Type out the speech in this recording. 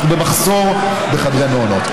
אנחנו במחסור בחדרי מעונות.